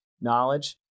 knowledge